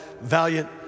Valiant